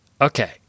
Okay